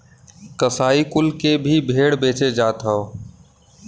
कसाई कुल के भी भेड़ बेचे जात हौ